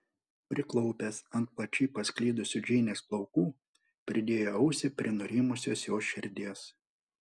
priklaupęs ant plačiai pasklidusių džeinės plaukų pridėjo ausį prie nurimusios jos širdies